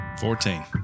Fourteen